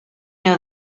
know